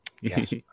Yes